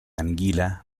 anguila